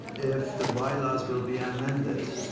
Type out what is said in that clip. if the bylaws will be amended